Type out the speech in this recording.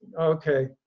okay